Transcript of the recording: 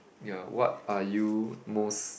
ya what are you most